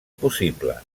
possible